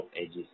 edges